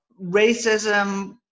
racism